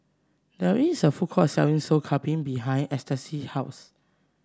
there is a food court selling Sop Kambing behind Eustace's house